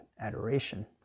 adoration